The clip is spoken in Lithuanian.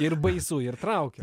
ir baisu ir traukia